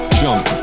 jump